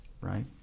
right